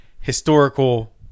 historical